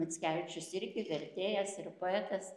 mickevičius irgi vertėjas ir poetas